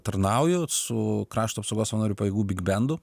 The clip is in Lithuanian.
tarnauju su krašto apsaugos savanorių pajėgų bigbendu